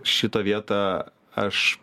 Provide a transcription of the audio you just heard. šitą vietą aš